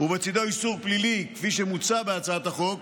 ובצידו איסור פלילי, כפי שמוצע בהצעת החוק.